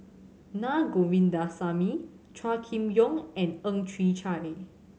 Na Govindasamy Chua Kim Yeow and Ang Chwee Chai